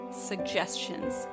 Suggestions